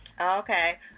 Okay